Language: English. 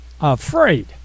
afraid